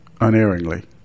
unerringly